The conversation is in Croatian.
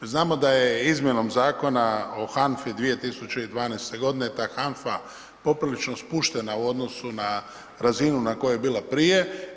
Znamo da je Izmjenom zakona o HANFA-i 2012. godine ta HANFA poprilično spuštena u odnosu na razinu na kojoj je bila prije.